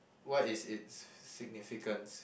what is its significance